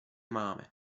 máme